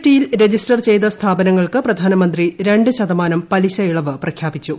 T യിൽ register ചെയ്ത സ്ഥാപനങ്ങൾക്ക് പ്രധാനമന്ത്രി രണ്ട് ശതമാനം പലിശ ഇളവ് പ്രഖ്യാപിച്ചു